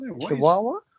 Chihuahua